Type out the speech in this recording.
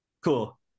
Cool